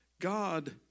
God